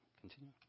Continue